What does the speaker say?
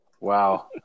Wow